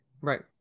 Right